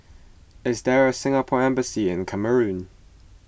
is there a Singapore Embassy in Cameroon